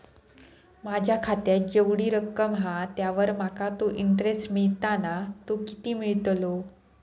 माझ्या खात्यात जेवढी रक्कम हा त्यावर माका तो इंटरेस्ट मिळता ना तो किती मिळतलो?